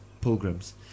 pilgrims